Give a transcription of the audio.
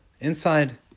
inside